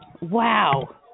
Wow